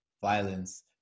violence